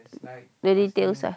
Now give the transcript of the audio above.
the details ah